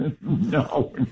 no